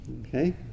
okay